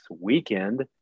weekend